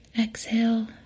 Exhale